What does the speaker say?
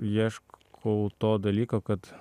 ieškau to dalyko kad